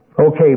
Okay